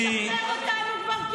שישחרר אותנו כבר,